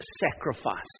sacrifice